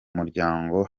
muryango